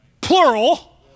plural